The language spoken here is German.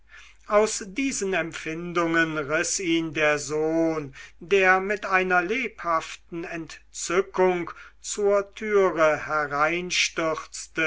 aus diesen empfindungen riß ihn der sohn der mit einer lebhaften entzückung zur türe hereinstürzte